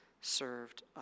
served